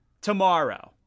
Tomorrow